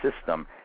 system